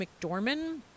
McDorman